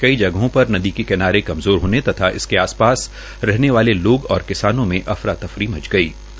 कई जगह पर नदी के किनारे कमजोर होने से इसके आसपास रहने वाले लोग और किसानों मे अफरा तफरी मच गयी थी